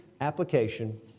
application